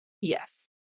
Yes